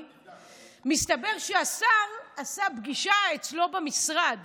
1. אסור לה לדבר בטלפון,